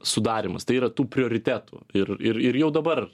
sudarymas tai yra tų prioritetų ir ir ir jau dabar